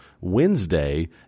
Wednesday